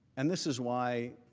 and this is why